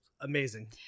amazing